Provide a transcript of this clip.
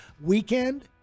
weekend